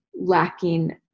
lacking